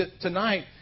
tonight